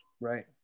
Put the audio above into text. Right